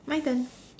my turn